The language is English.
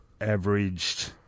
averaged